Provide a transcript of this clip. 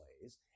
plays